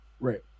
Right